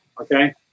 okay